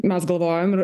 mes galvojom ir